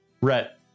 Rhett